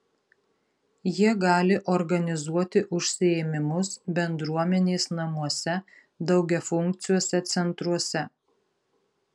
jie gali organizuoti užsiėmimus bendruomenės namuose daugiafunkciuose centruose